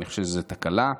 אני חושב שזאת תקלה.